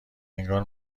انگار